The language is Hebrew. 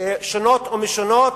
שונות ומשונות,